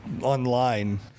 online